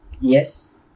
Yes